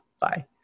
Bye